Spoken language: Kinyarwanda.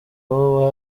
bwo